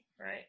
right